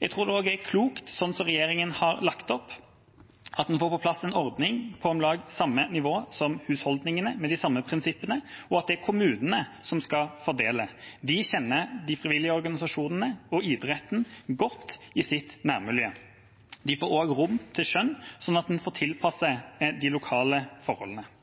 Jeg tror også det er klokt at en – sånn regjeringa har lagt det opp – får på plass en ordning på om lag samme nivå som husholdningene, med de samme prinsippene, og at det er kommunene som skal fordele. De kjenner de frivillige organisasjonene og idretten i sitt nærmiljø godt. De får også rom for skjønn, sånn at en får tilpasset til de lokale forholdene.